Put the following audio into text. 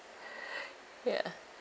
ya